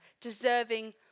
deserving